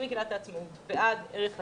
להיות ברור מאליו ממגילת העצמאות ועד ערך השוויון.